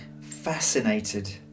fascinated